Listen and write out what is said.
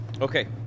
Okay